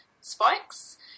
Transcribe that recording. spikes